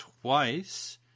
twice